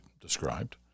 described